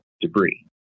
debris